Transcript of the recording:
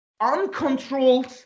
uncontrolled